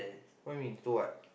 what you mean do what